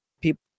people